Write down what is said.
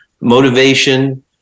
motivation